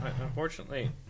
unfortunately